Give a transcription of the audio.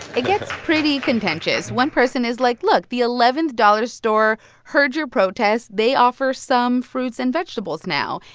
it gets pretty contentious. one person is like, look the eleventh dollar store heard your protest. they offer some fruits and vegetables now.